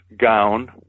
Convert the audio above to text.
gown